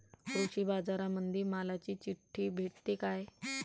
कृषीबाजारामंदी मालाची चिट्ठी भेटते काय?